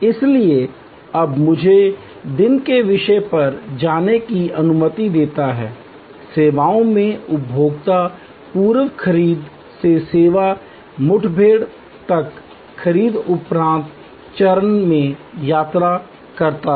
इसलिए अब मुझे दिन के विषय पर जाने की अनुमति देता है सेवाओं में उपभोक्ता पूर्व खरीद से सेवा मुठभेड़ तक खरीद उपरांत चरण में यात्रा करता है